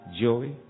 joy